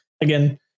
again